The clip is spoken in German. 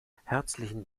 herzlichen